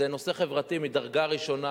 זה נושא חברתי מדרגה ראשונה,